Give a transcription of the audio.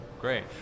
Great